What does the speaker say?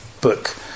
book